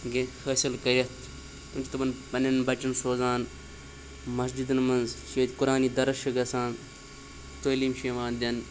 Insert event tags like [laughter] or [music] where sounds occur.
[unintelligible] حٲصِل کٔرِتھ تِم چھِ تِمَن پنٛنٮ۪ن بَچَن سوزان مَسجِدَن منٛز چھِ ییٚتہِ قرانہِ دَرٕس چھِ گَژھان تٲلیٖم چھِ یِوان دِنہٕ